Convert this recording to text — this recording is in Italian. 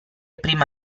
prima